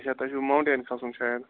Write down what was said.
اچھا تۄہہِ چھو ماونٹین کھَسُن شاید